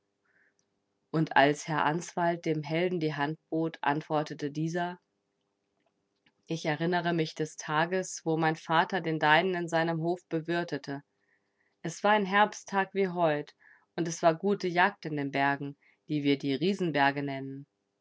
und als herr answald dem helden die hand bot antwortete dieser ich erinnere mich des tages wo mein vater den deinen in seinem hofe bewirtete es war ein herbsttag wie heut und es war gute jagd in den bergen die wir die riesenberge nennen